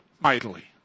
mightily